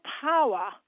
power